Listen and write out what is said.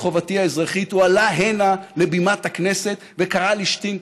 חובתי האזרחית הוא עלה הנה לבימת הכנסת וקרא לי שטינקר.